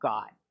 God